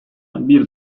bir